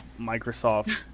Microsoft